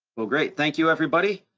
well, great, thank you everybody.